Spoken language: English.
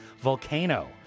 Volcano